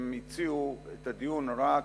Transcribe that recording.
שהם הציעו את הדיון רק